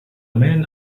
man